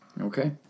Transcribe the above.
Okay